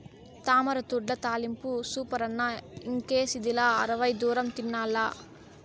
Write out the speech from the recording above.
తామరతూడ్ల తాలింపు సూపరన్న ఇంకేసిదిలా అరవై దూరం తినాల్ల